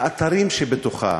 האתרים שבתוכה,